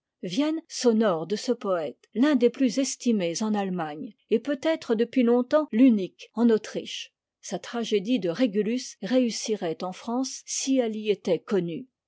vienne s'honore de ce poëte l'un des plus estimés en allemagne et peut-être depuis longtemps l'unique en autriche sa tragédie de régulus réussirait en france si elle y était connue